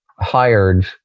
hired